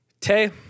Tay